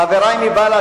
חברי מבל"ד,